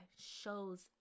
shows